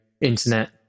internet